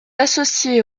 associé